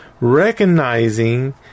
recognizing